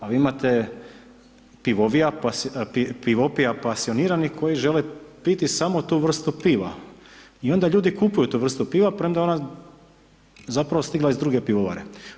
A vi imate pivopija pasioniranih koji žele piti samo tu vrstu piva i onda ljudi kupuju tu vrstu piva premda je ona zapravo stigla iz druge pivovare.